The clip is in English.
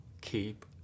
keep